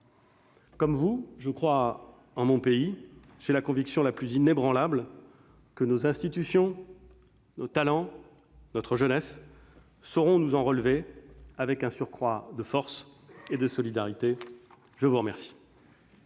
Comme vous, je crois en mon pays. J'ai la conviction la plus inébranlable que nos institutions, nos talents, notre jeunesse sauront nous relever de cette crise avec un surcroît de force et de solidarité. Nous en